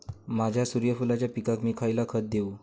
माझ्या सूर्यफुलाच्या पिकाक मी खयला खत देवू?